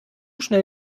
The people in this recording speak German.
schnell